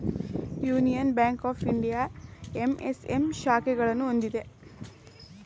union Bank of India MSM ಶಾಖೆಗಳನ್ನು ಹೊಂದಿದೆ